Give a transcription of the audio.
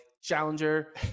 challenger